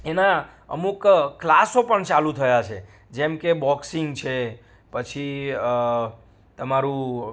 એના અમુક ક્લાસો પણ ચાલુ થયા છે જેમકે બોક્સિંગ છે પછી તમારું